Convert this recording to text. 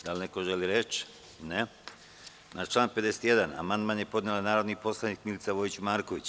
Da li neko želi reč? (Ne) Na član 51. amandman je podnela narodni poslanik Milica Vojić Marković.